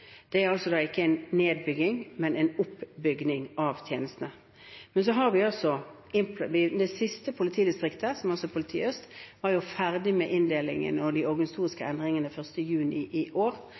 Det er ikke en nedbygging, men en oppbygging av tjenestene. Det siste politidistriktet, Politidistrikt Øst, var ferdig med inndelingen og de organisatoriske endringene 1. juni i år.